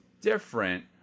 different